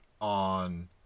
on